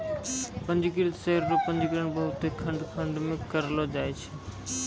पंजीकृत शेयर रो पंजीकरण बहुते खंड खंड मे करलो जाय छै